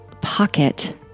pocket